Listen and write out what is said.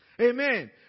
Amen